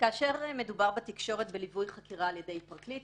כאשר מדובר בתקשורת על ליווי חקירה בידי פרקליט,